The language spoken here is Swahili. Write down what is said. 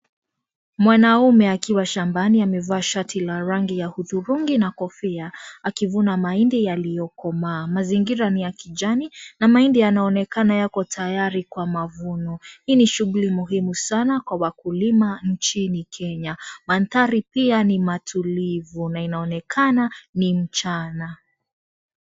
Mwanamume akiwa shambani amevaa shati lenye rangi ya hudhurungi na kofia akivuna mahindi yaliyokoma. Mazingira ni ya kijani na mahindi yanaonekana yako tayari kwa mavuno. Hii ni shughli muhim sana kwa wakulima nchini Kenya. Mandhari pia ni matulivu na inaonekana ni mchana.